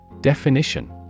Definition